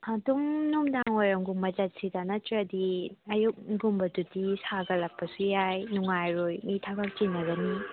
ꯑꯗꯨꯝ ꯅꯨꯡꯗꯥꯡ ꯋꯥꯏꯔꯝꯒꯨꯝꯕ ꯆꯠꯁꯤꯗ ꯅꯠꯇ꯭ꯔꯗꯤ ꯑꯌꯨꯛꯒꯨꯝꯕꯗꯨꯗꯤ ꯁꯥꯒꯠꯂꯛꯄꯁꯨ ꯌꯥꯏ ꯅꯨꯡꯉꯥꯏꯔꯣꯏ ꯃꯤ ꯊꯕꯛ ꯆꯤꯟꯅꯕꯅꯤ